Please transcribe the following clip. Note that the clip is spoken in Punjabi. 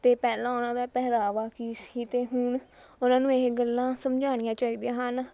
ਅਤੇ ਪਹਿਲਾਂ ਉਹਨਾਂ ਦਾ ਪਹਿਰਾਵਾ ਕੀ ਸੀ ਅਤੇ ਹੁਣ ਉਹਨਾਂ ਨੂੰ ਇਹ ਗੱਲਾਂ ਸਮਝਾਉਣੀਆਂ ਚਾਹੀਦੀਆਂ ਹਨ